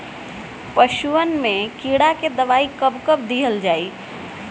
पशुअन मैं कीड़ा के दवाई कब कब दिहल जाई?